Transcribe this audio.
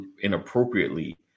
inappropriately